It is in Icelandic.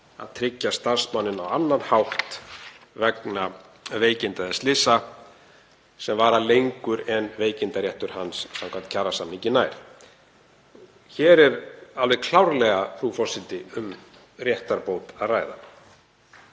að tryggja starfsmanninn á annan hátt vegna veikinda eða slysa sem vara lengur en veikindaréttur hans samkvæmt kjarasamningi nær. Hér er alveg klárlega, frú forseti, um réttarbót að ræða